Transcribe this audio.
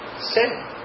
Sin